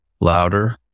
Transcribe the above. louder